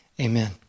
amen